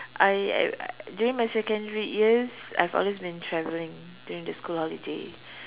I uh during my secondary years I've always been traveling during the school holidays